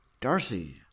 Darcy